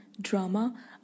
drama